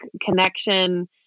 connection